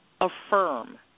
Affirm